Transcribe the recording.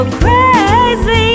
crazy